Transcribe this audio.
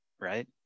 right